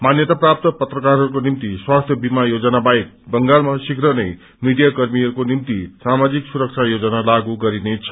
मान्यता प्राप्त पत्रकारहस्को निम्ति स्वास्थ्य बीमा योजना बाहेक बंगालमा शीप्र नै मीडिया कर्मीहरूको निम्ति सामाजिक सुरक्षा योजना लागू गरिनेछ